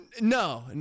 No